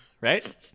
Right